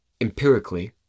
empirically